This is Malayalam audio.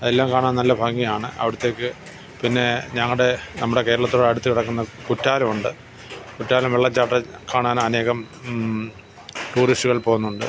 എല്ലാം കാണാൻ നല്ല ഭംഗിയാണ് അവിടുത്തേക്ക് പിന്നെ ഞങ്ങളുടെ നമ്മുടെ കേരളത്തോടടുത്ത് കിടക്കുന്ന കുറ്റാലമുണ്ട് കുറ്റാലം വെള്ളച്ചാട്ടം കാണാൻ അനേകം ടൂറിസ്റ്റുകൾ പോകുന്നുണ്ട്